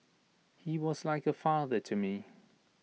he was like A father to me